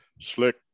slick